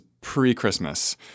pre-Christmas